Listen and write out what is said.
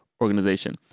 organization